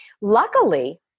Luckily